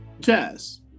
Jazz